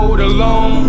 alone